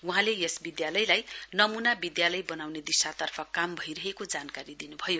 वहाँले यस विधालयलाई नमूना विधालय बनाउने दिशातर्फ काम भइरहेको जानकारी दिन्भयो